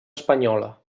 espanyola